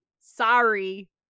Sorry